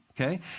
okay